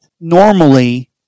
normally